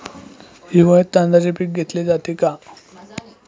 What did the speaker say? हिवाळ्यात तांदळाचे पीक घेतले जाते का?